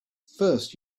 first